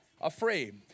afraid